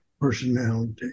personality